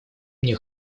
мне